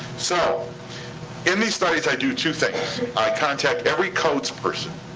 so in these studies, i do two things. i contact every codes person